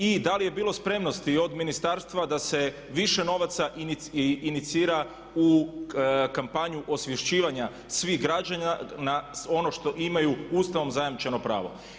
I da li je bilo spremnosti i od ministarstva da se više novaca inicira u kampanju osvješćivanja svih građana na ono što imaju Ustavom zajamčeno pravo.